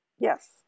Yes